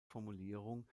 formulierung